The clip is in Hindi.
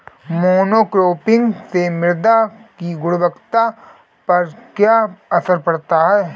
मोनोक्रॉपिंग से मृदा की गुणवत्ता पर क्या असर पड़ता है?